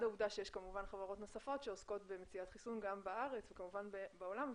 העובדה שיש חברות נוספות שעוסקות במציאת חיסון גם בארץ וכמובן בעולם,